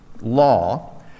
law